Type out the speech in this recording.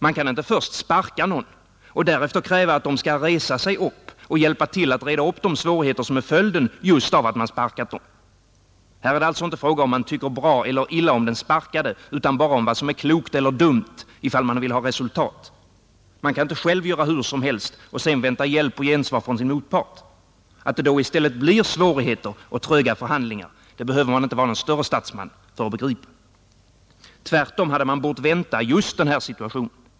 Man kan inte först sparka någon och därefter kräva att han skall resa sig upp och hjälpa till att reda upp de svårigheter som är följden just av att man sparkat honom, Här är det alltså inte fråga om huruvida man tycker bra eller illa om den sparkade, utan bara om vad som är klokt eller dumt ifall man vill ha resultat. Man kan inte själv göra hur som helst och sedan vänta hjälp och gensvar från sin motpart. Att det då i stället blir svårigheter och tröga förhandlingar — det behöver man inte vara någon större statsman för att begripa. Tvärtom hade man bort vänta just den här situationen.